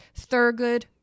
thurgood